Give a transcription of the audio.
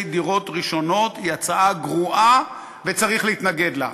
דירות ראשונות היא הצעה גרועה וצריך להתנגד לה.